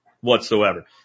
whatsoever